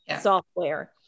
software